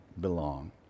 belong